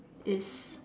is